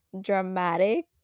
dramatic